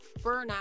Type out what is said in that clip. burnout